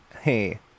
Hey